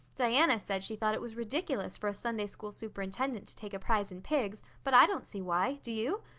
diana said she thought it was ridiculous for a sunday-school superintendent to take a prize in pigs, but i don't see why. do you?